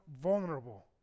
vulnerable